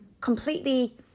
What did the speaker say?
completely